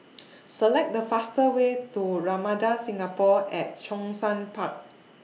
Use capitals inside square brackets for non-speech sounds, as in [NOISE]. [NOISE] Select The fastest Way to Ramada Singapore At Zhongshan Park